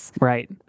Right